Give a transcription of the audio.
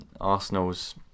Arsenal's